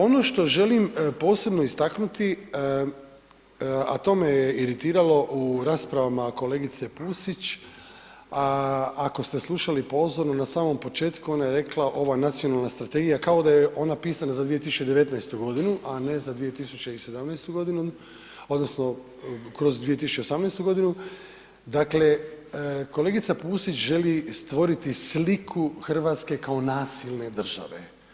Ono što želim posebno istaknuti, a to me je iritiralo u raspravama kolegice Pusić, ako ste slušali pozorno, na samom početku, ona je rekla, ova nacionalna strategija, kao da ju je ona pisana za 2019. godinu, a ne za 2017. godinu, odnosno kroz 2018. godinu, dakle, kolegice Pusić želi stvoriti sliku Hrvatske kao nasilne države.